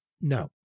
No